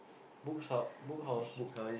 books ah Book House